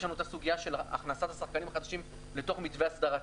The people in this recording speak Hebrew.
יש שם את הסוגיה של הכנסת השחקנים החדשים לתוף מתווה הסדרתי.